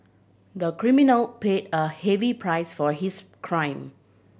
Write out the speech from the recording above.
the criminal paid a heavy price for his crime